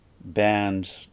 band